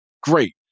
great